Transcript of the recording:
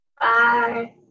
Bye